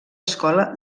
escola